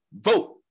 vote